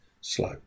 slow